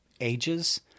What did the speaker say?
ages